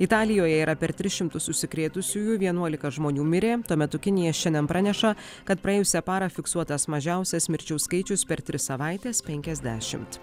italijoje yra per tris šimtus užsikrėtusiųjų vienuolika žmonių mirė tuo metu kinija šiandien praneša kad praėjusią parą fiksuotas mažiausias mirčių skaičius per tris savaites penkiasdešimt